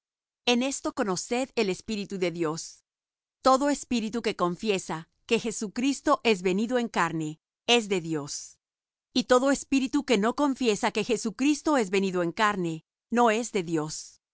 en esto conoced el espíritu de dios todo espíritu que confiesa que jesucristo es venido en carne es de dios y todo espíritu que no confiesa que jesucristo es venido en carne no es de dios